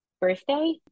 birthday